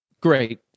Great